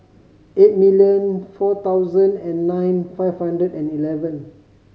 eight million four thousand and nine five hundred and eleven